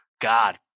god